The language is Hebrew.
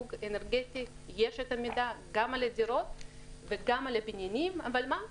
דירוג אנרגטי גם על הדירות וגם על הבניינים אבל מה?